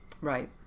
Right